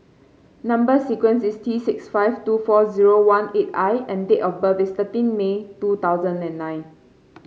number sequence is T six five two four zero one eight I and date of birth is thirteen May two thousand and nine